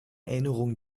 erinnerung